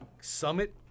Summit